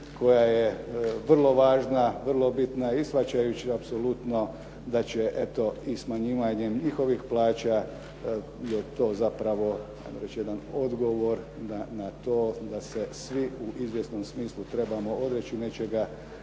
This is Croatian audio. koja je vrlo važna, vrlo bitna i shvaćajući apsolutno da će eto i smanjivanjem njihovih plaća, da je to zapravo već hajmo reći jedan odgovor na to da se svi u izvjesnom smislu trebamo odreći nečega